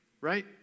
right